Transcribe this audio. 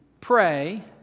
pray